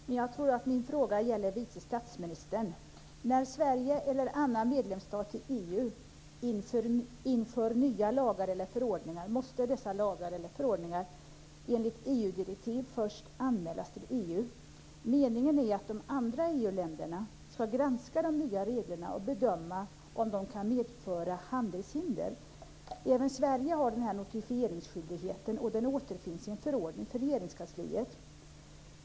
Herr talman! Min fråga gäller vice statsministern. När Sverige eller andra medlemsstater i EU inför nya lagar eller förordningar måste dessa enligt EU direktiv först anmälas till EU. Meningen är att de andra EU-länderna ska granska de nya reglerna och bedöma om de kan medföra handelshinder. Även Sverige har denna notifieringsskyldighet. Den återfinns i en förordning för Regeringskansliet.